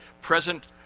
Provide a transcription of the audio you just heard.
present